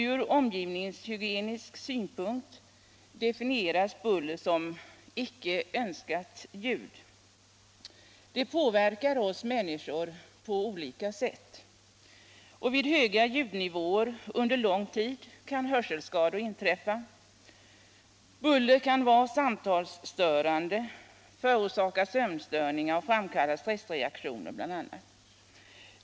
Ur omgivningshygienisk synpunkt definieras buller som ”icke önskat ljud”. Det påverkar oss människor på olika sätt. Vid höga ljudnivåer under lång tid kan hörselskador inträffa. Buller kan vara samtalsstörande, förorsaka sömnstörningar och framkalla stressreaktioner bl.a.